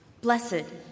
Blessed